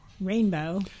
rainbow